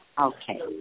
Okay